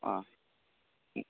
ஆ ம்